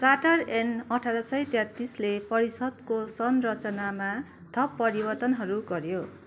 charter ऐन अठार सय तेत्तिसले पसरिषदको संरचनामा थप परिवर्तनहरू गऱ्यो